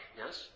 yes